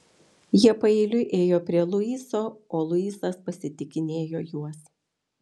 jie paeiliui ėjo prie luiso o luisas pasitikinėjo juos